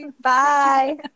Bye